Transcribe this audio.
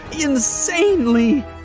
insanely